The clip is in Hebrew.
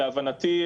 להבנתי,